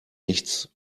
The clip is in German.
nichts